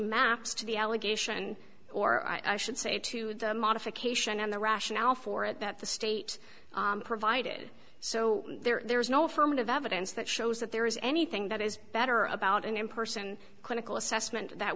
maps to the allegation or i should say to the modification and the rationale for it that the state provided so there's no affirmative evidence that shows that there is anything that is better about and in person clinical assessment that